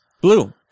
Blue